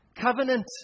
Covenant